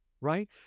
right